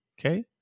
okay